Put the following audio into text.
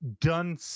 Done